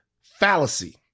fallacy